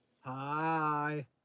Hi